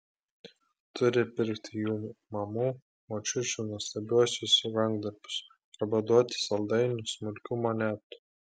turi pirkti jų mamų močiučių nuostabiuosius rankdarbius arba duoti saldainių smulkių monetų